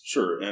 Sure